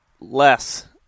less